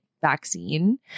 vaccine